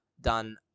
done